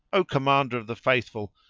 o commander of the faithful,